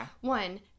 one